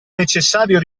necessario